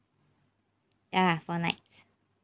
ya four nights